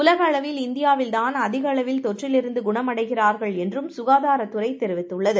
உலக அளவில்இந்தியாவில்தான்அதிகஅளவில்தொற்றில்இருந் துகுணம்அடைகிறார்கள்என்றும்சுகாதாரத்துறைதெரிவி த்துள்ளது